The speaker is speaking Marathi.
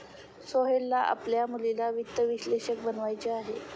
सोहेलला आपल्या मुलीला वित्त विश्लेषक बनवायचे आहे